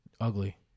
Ugly